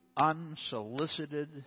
unsolicited